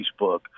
Facebook